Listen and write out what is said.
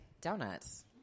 Donuts